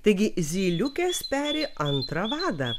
taigi zyliukės peri antrą vadą